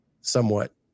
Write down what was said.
somewhat